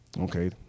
Okay